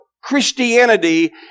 Christianity